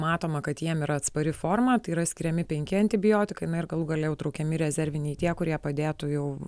matoma kad jiem yra atspari forma tai yra skiriami penki antibiotikai na ir galų gale jau traukiami rezerviniai tie kurie padėtų jau